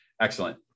Excellent